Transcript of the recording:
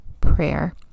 prayer